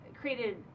created